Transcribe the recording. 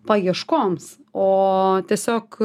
paieškoms o tiesiog